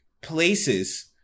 places